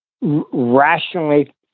rationally